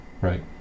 Right